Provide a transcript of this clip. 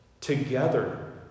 together